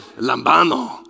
Lambano